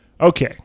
Okay